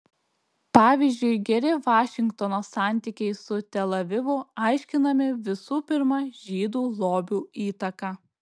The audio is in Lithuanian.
pavyzdžiui geri vašingtono santykiai su tel avivu aiškinami visų pirma žydų lobių įtaka